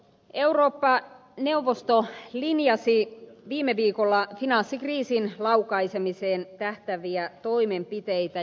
eurooppa neuvosto linjasi viime viikolla finanssikriisin laukaisemiseen tähtääviä toimenpiteitä